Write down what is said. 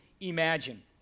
imagine